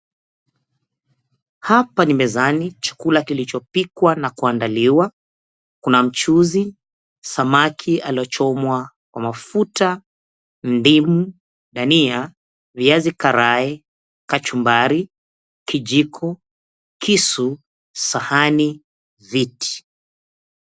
Hapa ni mezani, chakula kilichopikwa na kuandaliwa. Kuna mchuzi, samaki aliochomwa kwa mafuta, ndimu, dania, viazi karai, kachumbari, kijiko, kisu, sahani, viti.